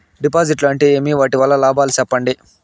డిపాజిట్లు అంటే ఏమి? వాటి వల్ల లాభాలు సెప్పండి?